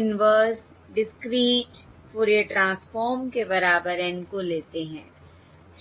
inverse discrete Fourier transform के बराबर N को लेते हैं ठीक है